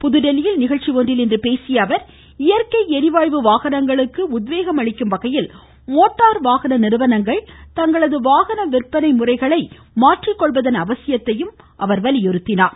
புதுதில்லியில் இன்று நிகழ்ச்சி ஒன்றில் பேசியஅவர் இயற்கை எரிவாயு வாகனங்களுக்கு உத்வேகம் அளிக்கும்வகையில் மோட்டார் வாகன நிறுவனங்கள் தங்களது வாகன விற்பனை முறைகளை மாற்றிக் கொள்வதன் அவசியத்தையும் வலியுறுத்தினார்